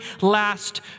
last